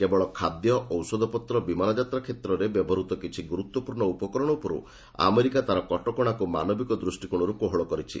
କେବଳ ଖାଦ୍ୟ ଔଷଧପତ୍ର ବିମାନ ଯାତ୍ରା କ୍ଷେତ୍ରରେ ବ୍ୟବହୃତ କିଛି ଗୁରୁତ୍ୱପୂର୍ଣ୍ଣ ଉପକରଣ ଉପରୁ ଆମେରିକା ତା'ର କଟକଣାକୁ ମାନବିକ ଦୃଷ୍ଟିକୋଣରୁ କୋହଳ କରିଛି